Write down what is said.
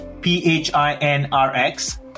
P-H-I-N-R-X